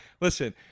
Listen